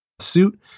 suit